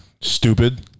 Stupid